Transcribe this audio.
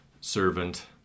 servant